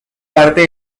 parte